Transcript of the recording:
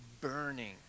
burning